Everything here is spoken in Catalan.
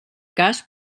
cas